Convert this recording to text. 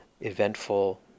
eventful